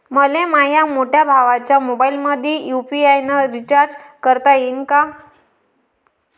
मले माह्या मोठ्या भावाच्या मोबाईलमंदी यू.पी.आय न रिचार्ज करता येईन का?